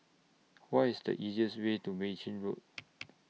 What IS The easiest Way to Mei Chin Road